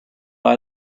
buy